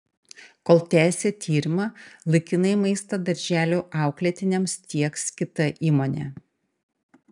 kol tęsia tyrimą laikinai maistą darželių auklėtiniams tieks kita įmonė